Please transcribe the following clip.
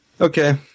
Okay